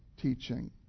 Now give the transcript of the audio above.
teaching